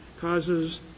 causes